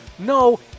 no